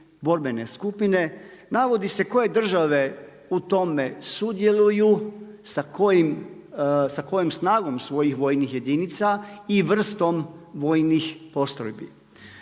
borbene skupine. Navodi se koje države u tome sudjeluju, sa kojom snagom svojih vojnih jedinica i vrstom vojnih postrojbi.